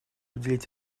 уделить